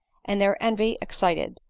and their envy excited,